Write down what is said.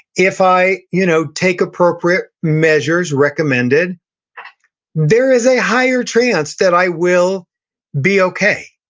if i you know take appropriate measures recommended there is a higher chance that i will be okay.